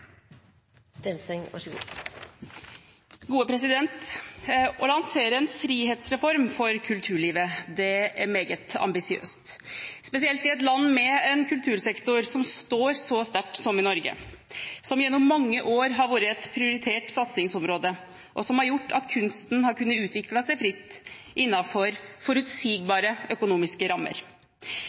meget ambisiøst, spesielt i et land med en kultursektor som står så sterkt som i Norge, som gjennom mange år har vært et prioritert satsingsområde, og som har gjort at kunsten har kunnet utvikle seg fritt innenfor forutsigbare økonomiske rammer.